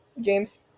James